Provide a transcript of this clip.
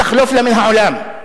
תחלוף לה מן העולם.